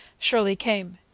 shirley came.